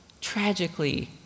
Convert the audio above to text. tragically